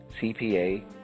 CPA